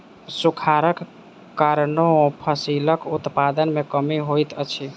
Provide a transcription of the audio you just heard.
सूखाड़क कारणेँ फसिलक उत्पादन में कमी होइत अछि